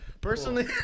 personally